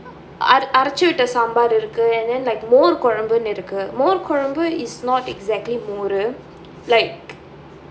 அரச்சுவிட்ட சாம்பார் இருக்கு:arachuvitta saambaar irukku and then like mor kuzhambu இருக்கு மோர் சொழம்பு:mor kolambu irukku mor kolambu is not exactly மொரு:moru like